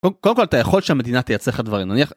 קודם כל אתה יכול שהמדינה תייצא לך דברים. נניח,